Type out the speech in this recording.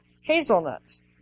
hazelnuts